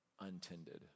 untended